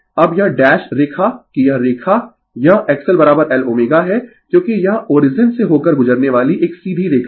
अब यह डैश रेखा कि यह रेखा यह XLLω है क्योंकि यह ओरिजिन से होकर गुजरने वाली एक सीधी रेखा है